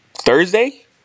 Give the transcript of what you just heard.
Thursday